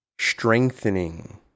strengthening